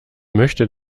möchte